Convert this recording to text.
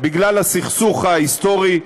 בגלל הסכסוך ההיסטורי רב-השנים.